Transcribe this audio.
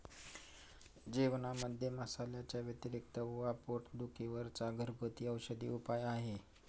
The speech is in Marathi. जेवणामध्ये मसाल्यांच्या व्यतिरिक्त ओवा पोट दुखी वर चा घरगुती औषधी उपाय आहे